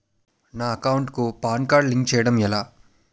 నా అకౌంట్ కు PAN card link చేయడం ఎలా?